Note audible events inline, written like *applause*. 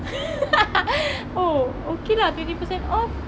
*laughs* oh okay lah twenty percent off